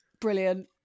Brilliant